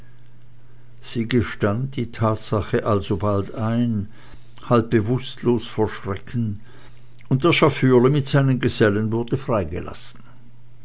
sie gestand die tatsache alsobald ein halb bewußtlos vor schrecken und der schafürli mit seinen gesellen wurde freigelassen